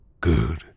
Good